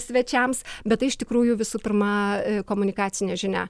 svečiams bet tai iš tikrųjų visų pirma komunikacinė žinia